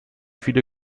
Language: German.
viele